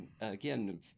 again